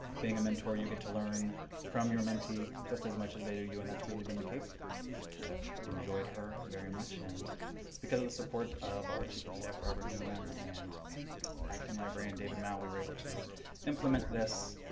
being a mentor you get to from your mentee just as much as they do you, and that's really been the case. i have enjoyed her very much. and because of the support of our chief of staff robert newlen and acting librarian david mao we were able to implement this